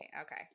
Okay